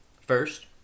First